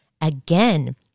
Again